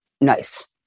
nice